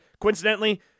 Coincidentally